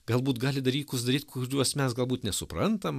galbūt gali dalykus daryt duos mes galbūt nesuprantam